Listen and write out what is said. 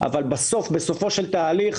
אבל בסופו של תהליך,